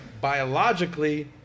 biologically